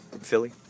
Philly